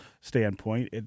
standpoint